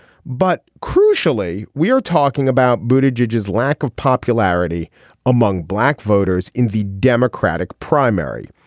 but crucially we are talking about booted judges lack of popularity among black voters in the democratic primary.